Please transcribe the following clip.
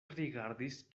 rigardis